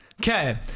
Okay